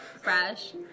fresh